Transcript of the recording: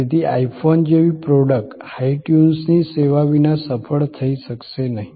તેથી iPhone જેવી product હાઈ ટ્યુન્સની સેવા વિના સફળ થઈ શકશે નહિ